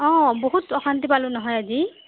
অঁ বহুত অশান্তি পালোঁ নহয় আজি